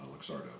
Luxardo